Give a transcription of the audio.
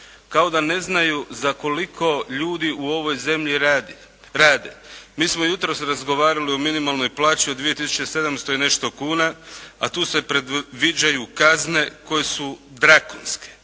kao da ne znaju za koliko ljudi u ovoj zemlji rade. Mi smo jutros razgovarali o minimalnoj plaći o 2700 i nešto kuna, a tu se predviđaju kazne koje su drakonske.